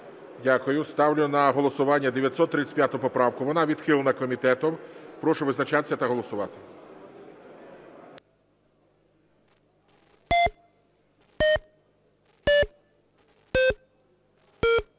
Дякую. Ставлю на голосування 935 поправку. Вона відхилена комітетом. Прошу визначатися та голосувати.